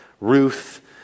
Ruth